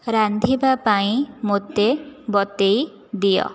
ରାନ୍ଧିବା ପାଇଁ ମୋତେ ବତେଇ ଦିଅ